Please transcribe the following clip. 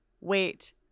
Wait